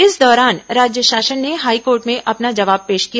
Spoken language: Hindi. इस दौरान राज्य शासन ने हाईकोर्ट में अपना जवाब पेश किया